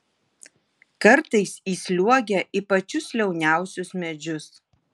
kartais įsliuogia į pačius liauniausius medžius